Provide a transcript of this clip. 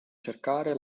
cercare